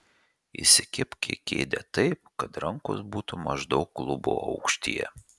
įsikibk į kėdę taip kad rankos būtų maždaug klubų aukštyje